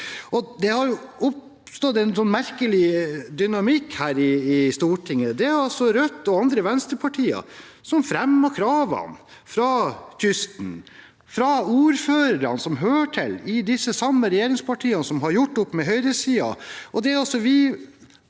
Det har oppstått en merkelig dynamikk her i Stortinget. Det er altså Rødt og andre venstrepartier som fremmer kravene fra kysten, fra ordførerne som hører til i disse samme regjeringspartiene som har gjort opp med høyresiden.